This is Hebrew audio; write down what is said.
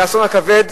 מהאסון הכבד,